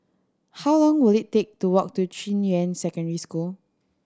how long will it take to walk to Junyuan Secondary School